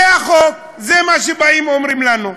זה החוק, זה מה שבאים ואומרים לנו.